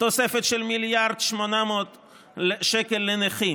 תוספת של 1.8 מיליארד שקל לנכים,